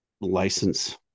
license